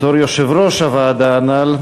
בתור יושב-ראש הוועדה הנ"ל,